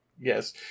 Yes